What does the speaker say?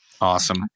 Awesome